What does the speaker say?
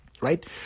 right